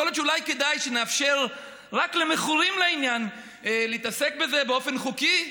יכול להיות שאולי כדאי שנאפשר רק למכורים לעניין להתעסק בזה באופן חוקי.